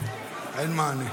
אין מענה.